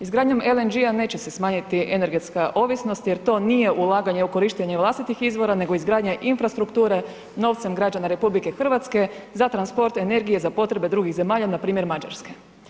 Izgradnjom LNG-a neće se smanjiti energetska ovisnost jer to nije ulaganje u korištenje vlastitih izvora nego izgradnja infrastrukture novcem građana RH za transport energije za potrebe drugih zemalja, npr. Mađarske.